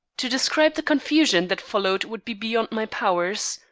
to describe the confusion that followed would be beyond my powers,